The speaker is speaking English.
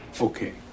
Okay